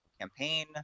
campaign